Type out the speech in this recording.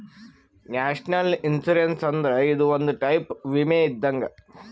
national insurance ಅಂದ್ರ ಇದು ಒಂದ್ ಟೈಪ್ ವಿಮೆ ಇದ್ದಂಗ್